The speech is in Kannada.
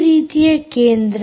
ಈ ರೀತಿಯ ಕೇಂದ್ರ